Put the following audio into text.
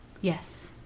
yes